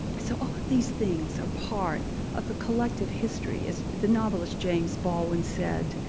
so all of these things are part of the collective history, as the novelist james baldwin said,